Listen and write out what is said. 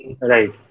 Right